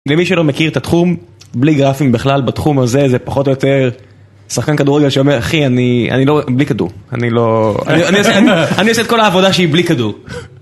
למי שלא מכיר את התחום, בלי גרפים בכלל בתחום הזה, זה פחות או יותר שחקן כדורגל שאומר, אחי, אני לא... בלי כדור. אני לא... אני אעשה את כל העבודה שהיא בלי כדור.